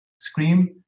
scream